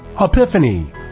Epiphany